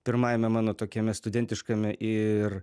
pirmajame mano tokiame studentiškame ir